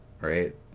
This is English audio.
Right